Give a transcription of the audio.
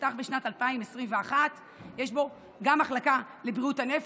שנפתח בשנת 2021. יש בו מחלקה לבריאות הנפש,